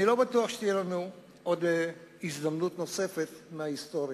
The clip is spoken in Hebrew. אני לא בטוח שתהיה לנו הזדמנות נוספת מההיסטוריה.